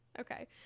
Okay